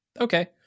Okay